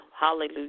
hallelujah